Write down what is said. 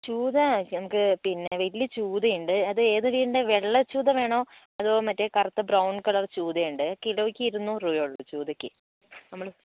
ചൂത നമുക്ക് പിന്ന വലിയ ചൂത ഉണ്ട് അതു പിന്ന വെള്ള ചൂത വേണോ അതോ മറ്റേ കറുത്ത ബ്രൌൺ കളർ ചൂത ഉണ്ട് കിലോയ്ക്ക് ഇരുന്നൂറ് രൂപയേ ഉള്ളു ചൂതക്ക് നമ്മൾ